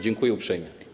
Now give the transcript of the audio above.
Dziękuję uprzejmie.